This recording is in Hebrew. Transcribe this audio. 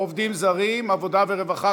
עבודה ורווחה.